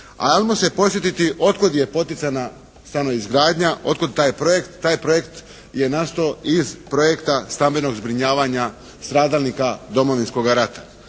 Ajmo se podsjetiti od kuda je poticajna stanoizgradnja, od kuda taj projekt. Taj projekt je nastao iz projekta stambenog zbrinjavanja stradalnika Domovinskog rata.